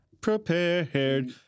prepared